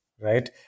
right